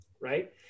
right